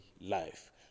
life